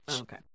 Okay